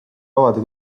avada